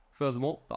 Furthermore